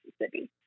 Mississippi